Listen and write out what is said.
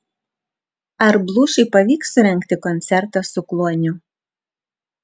ar blūšiui pavyks surengti koncertą su kluoniu